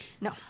No